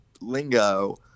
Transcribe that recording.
lingo